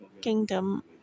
kingdom